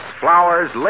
flowers